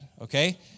okay